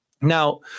Now